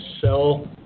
sell